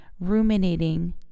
ruminating